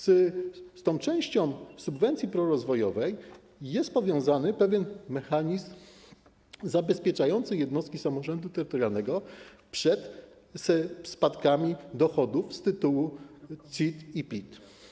Z tą częścią subwencji prorozwojowej jest powiązany pewien mechanizm zabezpieczający jednostki samorządu terytorialnego przed spadkami dochodów z tytułu CIT i PIT.